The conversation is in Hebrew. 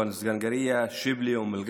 טובא-זנגריה, שיבלי, אום אל-גנם,